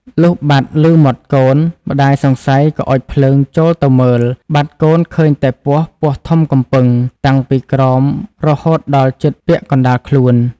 លុះបាត់ឮមាត់កូន ម្ដាយសង្ស័យក៏អុជភ្លើង ចូលទៅមើល បាត់កូនឃើញតែពោះពស់ធំកំពីង តាំងពីក្រោមរហូតដល់ជិតពាក់កណ្ដាលខ្លួន ។